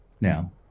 now